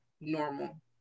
normal